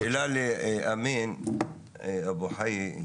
רק שאלה לאמין אבו חייה,